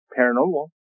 paranormal